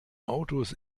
autos